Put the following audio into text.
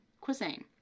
cuisine